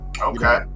okay